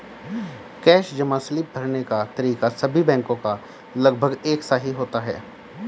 cash जमा slip भरने का तरीका सभी बैंक का लगभग एक सा ही होता है